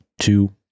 two